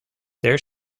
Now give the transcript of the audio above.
there